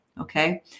Okay